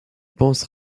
pense